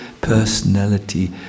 personality